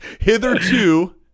hitherto